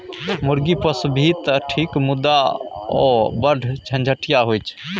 मुर्गी पोसभी तँ ठीक मुदा ओ बढ़ झंझटिया होए छै